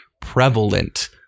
prevalent